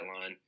line